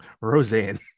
Roseanne